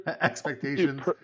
expectations